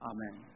Amen